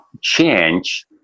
change